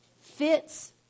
Fits